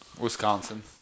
Wisconsin